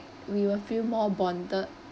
we will feel more bonded